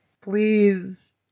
please